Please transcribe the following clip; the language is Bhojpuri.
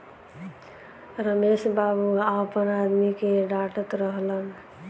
रमेश बाबू आपना आदमी के डाटऽत रहलन